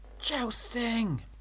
Jousting